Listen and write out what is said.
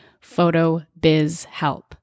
PhotoBizHelp